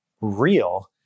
real